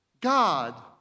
God